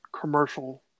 commercial